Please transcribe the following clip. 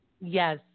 Yes